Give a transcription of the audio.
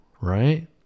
right